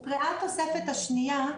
הוקראה תוספת השנייה,